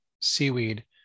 seaweed